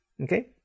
Okay